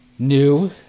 new